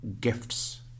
gifts